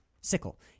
Sickle